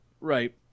Right